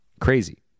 Crazy